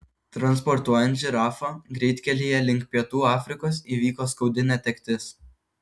transportuojant žirafą greitkelyje link pietų afrikos įvyko skaudi netektis